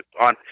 on